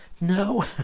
No